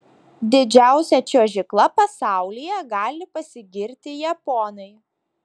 didžiausia čiuožykla pasaulyje gali pasigirti japonai